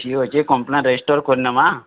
ଠିକ୍ ଅଛେ complaint register କରିନେମା